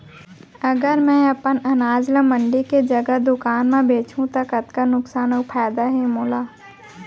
अगर मैं अपन अनाज ला मंडी के जगह दुकान म बेचहूँ त कतका नुकसान अऊ फायदा हे मोला?